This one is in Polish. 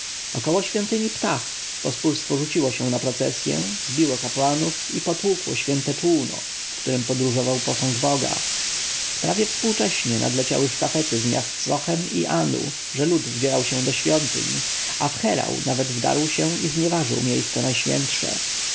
około świątyni ptah pospólstwo rzuciło się na procesję zbiło kapłanów i potłukło święte czółno w którem podróżował posąg boga prawie współcześnie nadleciały sztafety z miast sochem i anu że lud wdzierał się do świątyń a w cherau nawet wdarł się i znieważył miejsce najświętsze